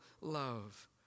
love